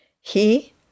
He